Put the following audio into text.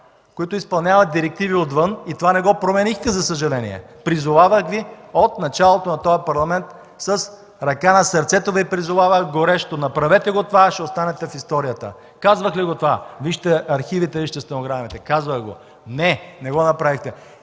които изпълняват директиви отвън и не променихте това, за съжаление. Призовавах Ви от началото на този парламент с ръка на сърцето, призовавах Ви горещо: „Направете това и ще останете в историята!” Казвах Ви го. Вижте архивите, вижте стенограмите – казвах го, но не, не го направихте.